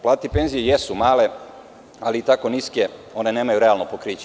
Plate i penzije jesu male, ali tako niske one nemaju realno pokriće.